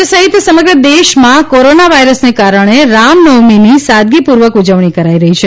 રામનવમી રાજ્ય સહિત સમગ્ર દેશમા કોરોના વાયરસને કારણે રામનવમીના તહેવારની સાદગી પૂર્વક ઉજવણી કરાઇ રહી છે